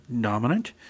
dominant